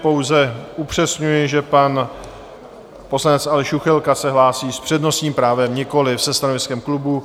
Pouze upřesňuji, že pan poslanec Aleš Juchelka se hlásí s přednostním právem, nikoli se stanoviskem klubu.